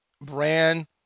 brand